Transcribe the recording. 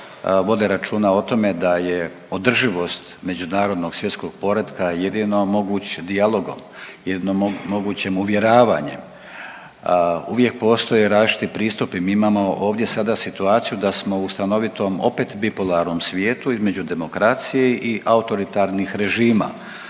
vode računa o tome da je održivost međunarodnog svjetskog poretka jedino moguć dijalogom, jedino mogućim uvjeravanjem, uvijek postoje različiti pristupi. Mi imamo ovdje sada situaciju da smo u stanovitom opet bipolarnom svijetu između demokracije i autoritarnih režima.